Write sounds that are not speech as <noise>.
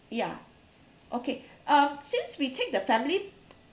ya okay <breath> uh since we take the family <noise>